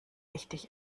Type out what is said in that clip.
richtig